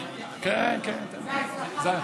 החדש.